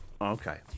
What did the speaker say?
Okay